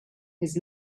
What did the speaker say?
his